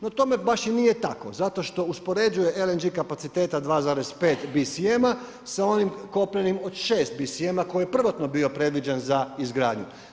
No tome baš i nije tako, zato što uspoređuje LNG kapaciteta 2,5 BSM-a, sa onim kopnenim od 6 BSM-a koji je prvotno bio predviđen za izgradnju.